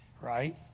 Right